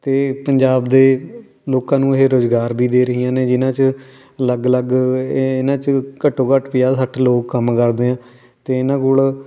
ਅਤੇ ਪੰਜਾਬ ਦੇ ਲੋਕਾਂ ਨੂੰ ਇਹ ਰੁਜ਼ਗਾਰ ਵੀ ਦੇ ਰਹੀਆਂ ਨੇ ਜਿਹਨਾਂ 'ਚ ਅਲੱਗ ਅਲੱਗ ਇਹਨਾਂ 'ਚ ਘੱਟੋ ਘੱਟ ਪੰਜਾਹ ਸੱਠ ਲੋਕ ਕੰਮ ਕਰਦੇ ਆ ਅਤੇ ਇਹਨਾਂ ਕੋਲ